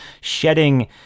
shedding